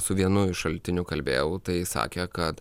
su vienu šaltiniu kalbėjau tai sakė kad